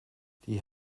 die